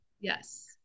Yes